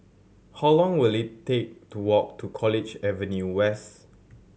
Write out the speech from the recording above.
how long will it take to walk to College Avenue West